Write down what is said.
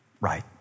right